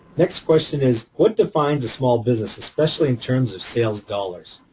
next question is what defines a small business, especially in terms of sales dollars.